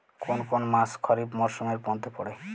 কোন কোন মাস খরিফ মরসুমের মধ্যে পড়ে?